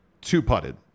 two-putted